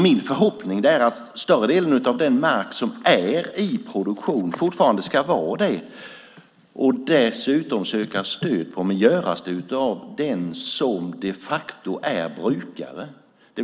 Min förhoppning är att större delen av den mark som är i produktion fortfarande ska vara det, och den som söker stöd ska vara den som de facto är brukare.